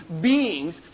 beings